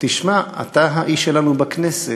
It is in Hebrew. תשמע, אתה האיש שלנו בכנסת.